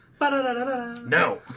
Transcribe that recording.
No